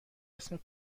اسم